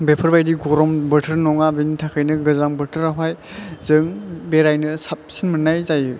बेफोरबायदि गरम बोथोर नङा बेनि थाखायनो गोजां बोथोरावहाय जों बेरायनो साबसिन मोननाय जायो